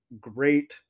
great